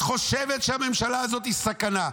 את חושבת שהממשלה הזאת היא סכנה,